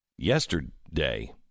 yesterday